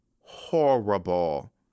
horrible